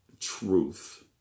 truth